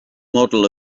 model